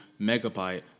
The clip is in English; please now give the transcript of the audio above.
megabyte